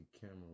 camera